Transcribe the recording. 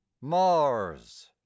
Mars